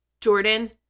Jordan